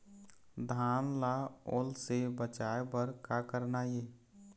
धान ला ओल से बचाए बर का करना ये?